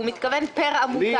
הוא מתכוון פר עמותה.